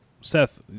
Seth